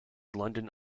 london